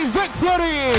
victory